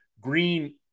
Green